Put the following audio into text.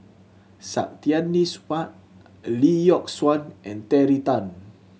Saktiandi Supaat Lee Yock Suan and Terry Tan